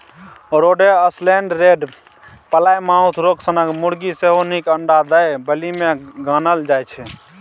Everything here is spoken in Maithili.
रोडे आइसलैंड रेड, प्लायमाउथ राँक सनक मुरगी सेहो नीक अंडा दय बालीमे गानल जाइ छै